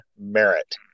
merit